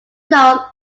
north